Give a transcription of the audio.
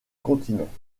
continent